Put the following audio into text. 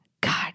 God